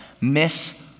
miss